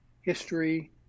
history